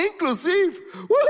inclusive